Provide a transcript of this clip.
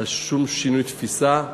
על שום שינוי תפיסה,